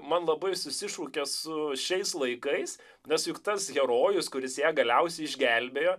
man labai susišaukia su šiais laikais nes juk tas herojus kuris ją galiausiai išgelbėjo